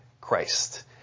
Christ